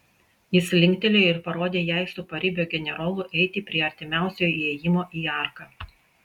jis linktelėjo ir parodė jai su paribio generolu eiti prie artimiausio įėjimo į arką